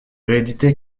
réédité